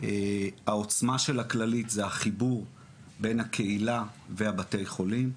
העוצמה של הכללית זה החיבור בין הקהילה ובתי החולים.